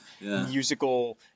musical